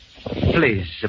Please